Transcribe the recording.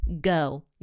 go